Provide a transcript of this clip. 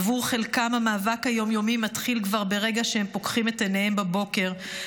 עבור חלקם המאבק היום-יומי מתחיל כבר ברגע שהם פוקחים את עיניהם בבוקר,